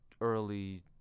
early